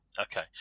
Okay